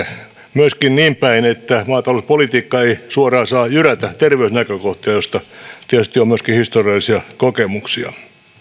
myöskin niinpäin että maatalouspolitiikka ei suoraan saa jyrätä terveysnäkökohtia joista tietysti on myöskin historiallisia kokemuksia